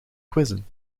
quizzen